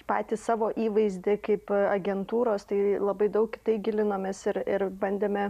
patį savo įvaizdį kaip agentūros tai labai daug į tai gilinomės ir ir bandėme